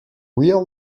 real